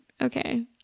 okay